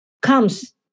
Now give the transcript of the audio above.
comes